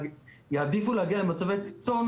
ויעדיפו להגיע למצבי קיצון,